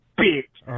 bitch